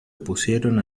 opusieron